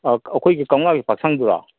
ꯑꯩꯈꯣꯏꯒꯤ ꯀꯧꯅꯥꯒꯤ